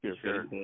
Sure